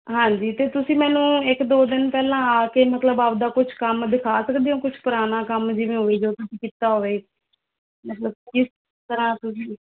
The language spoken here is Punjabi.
ਹਾਂਜੀ ਅਤੇ ਤੁਸੀਂ ਮੈਨੂੰ ਇੱਕ ਦੋ ਦਿਨ ਪਹਿਲਾਂ ਆ ਕੇ ਮਤਲਬ ਆਪ ਦਾ ਕੁਛ ਕੰਮ ਦਿਖਾ ਸਕਦੇ ਓਂ ਕੁਛ ਪਰਾਨਾ ਕੰਮ ਜਿਵੇਂ ਓਹੋ ਜਿਹਾ ਤੁਸੀਂ ਕੀਤਾ ਹੋਵੇ ਮਤਲਬ ਕਿਸ ਤਰ੍ਹਾਂ ਤੁਸੀਂ